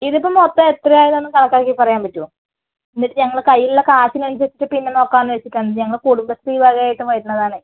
ഇതിപ്പോൾ മൊത്തം എത്രയായതെന്ന് കണക്കാക്കി പറയാൻ പറ്റുമോ എന്നിട്ട് ഞങ്ങളുടെ കയ്യിലുള്ള കാശിനനുസരിച്ചു പിന്നെ നോക്കാന്ന് വച്ചിട്ടാണ് ഞങ്ങള് കുടംബശ്രീ വകയായിട്ട് വരുന്നതാണെ